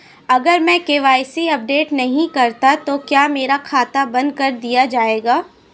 अगर मैं KYC update नहीं करता तो क्या मेरा खाता बंद कर दिया जाएगा?